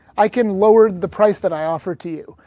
i can lower the price that i offer to,